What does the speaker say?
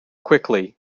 quickly